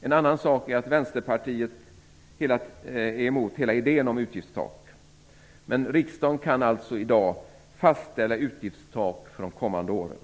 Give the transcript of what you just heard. En annan sak är att Vänsterpartiet är emot hela idén om utgiftstak. Men riksdagen kan i dag fastställa utgiftstak för de kommande åren.